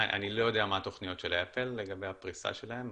אני לא יודע מה התוכניות של אפל לגבי הפריסה שלהם.